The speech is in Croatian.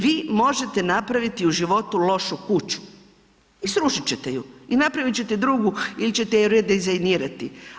Vi možete napraviti u životu lošu kuću i srušit ćete ju i napravit ćete drugu ili ćete ju redizajnirati.